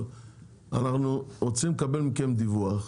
אבל אנחנו רוצים לקבל מכן דיווח,